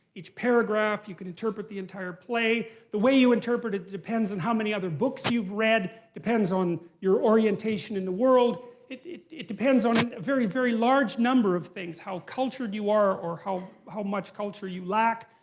each paragraph. you can interpret the entire play. the way you interpret it depends on how many other books you've read, depends on your orientation in the world. it it depends on a very, very large number of things. how cultured you are or how how much culture you lack.